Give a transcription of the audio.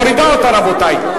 מורידה אותה, רבותי.